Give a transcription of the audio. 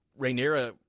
Rhaenyra